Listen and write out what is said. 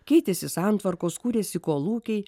keitėsi santvarkos kūrėsi kolūkiai